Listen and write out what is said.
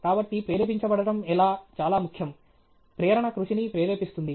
కాబట్టి ప్రేరేపించబడటం ఎలా చాలా ముఖ్యం ప్రేరణ కృషిని ప్రేరేపిస్తుంది